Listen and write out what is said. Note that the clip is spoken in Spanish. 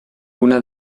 una